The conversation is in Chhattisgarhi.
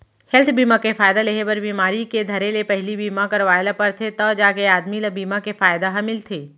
हेल्थ बीमा के फायदा लेहे बर बिमारी के धरे ले पहिली बीमा करवाय ल परथे तव जाके आदमी ल बीमा के फायदा ह मिलथे